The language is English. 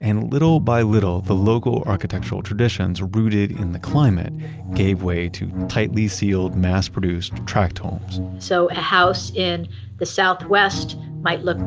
and little by little, the local architectural traditions rooted in the climate gave way to tightly sealed mass-produced tract homes so a house in the southwest might look